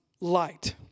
light